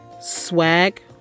Swag